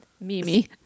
Mimi